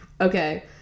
okay